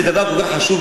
זה דבר כל כך חשוב,